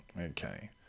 okay